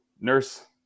nurse